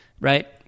Right